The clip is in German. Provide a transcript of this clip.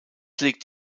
liegt